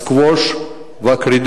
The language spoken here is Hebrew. הברידג', הסקווש והקריקט?